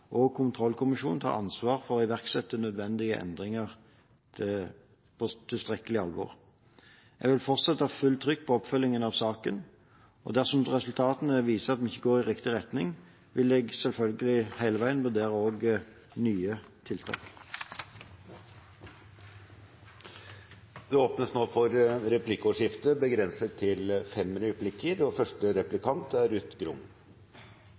og kontrollkommisjonene tar ansvaret for å iverksette nødvendige endringer på tilstrekkelig alvor. Jeg vil fortsatt ha fullt trykk på oppfølgingen av saken. Dersom resultatene viser at det ikke går i riktig retning, vil jeg selvfølgelig hele veien vurdere nye tiltak. Det blir replikkordskifte. Det er bra å høre at det er